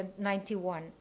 1991